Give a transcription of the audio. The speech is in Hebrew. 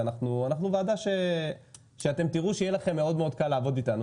ואנחנו ועדה שאתם תראו שיהיה לכם קל מאוד לעבוד איתנו.